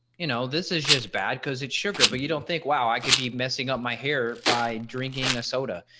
you know this is yeah is bad because it's sugar but you don't think wow i could be messing up my hair by drinking a soda.